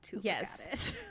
Yes